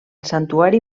santuari